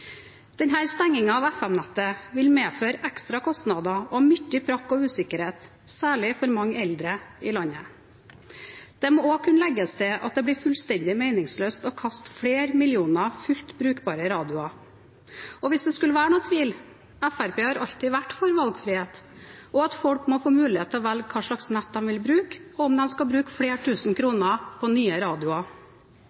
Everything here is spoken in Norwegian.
av FM-nettet vil medføre ekstra kostnader og mye prakk og usikkerhet, særlig for mange eldre i landet. Det må også kunne legges til at det blir fullstendig meningsløst å kaste flere millioner fullt brukbare radioer. Og hvis det skulle være noen tvil: Fremskrittspartiet har alltid vært for valgfrihet, og at folk må få mulighet til å velge hva slags nett de vil bruke, og om de skal bruke flere